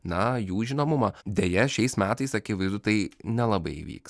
na jų žinomumą deja šiais metais akivaizdu tai nelabai įvyks